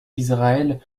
israël